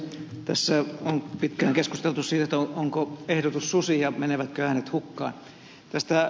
tässä on pitkään keskusteltu siitä onko ehdotus susi ja menevätkö äänet hukkaan